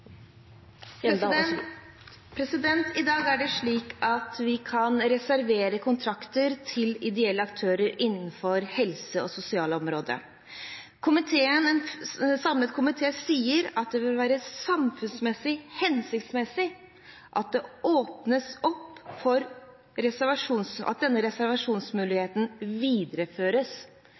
samfunn. I dag er det slik at vi kan reservere kontrakter til ideelle aktører innenfor helse- og sosialområdet. En samlet komité sier at det vil være samfunnsmessig hensiktsmessig at det åpnes opp for at denne reservasjonsmuligheten videreføres